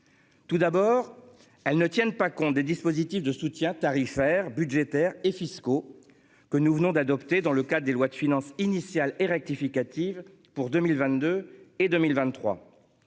Tout d'abord elle ne tiennent pas compte des dispositifs de soutien tarifaire budgétaires et fiscaux. Que nous venons d'adopter dans le cadre des lois de finances initiale et rectificative pour 2022 et 2023.